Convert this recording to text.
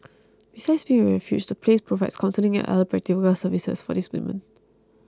besides being a refuge the place provides counselling and other practical services for these women